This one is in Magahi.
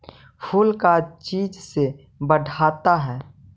फूल का चीज से बढ़ता है?